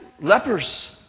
lepers